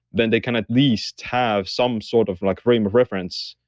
then they can at least have some sort of like frame of reference.